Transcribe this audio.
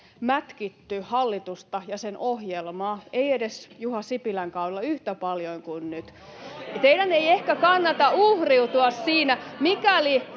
mätkitty hallitusta ja sen ohjelmaa, ei edes Juha Sipilän kaudella, yhtä paljon kuin nyt. [Välihuutoja vasemmalta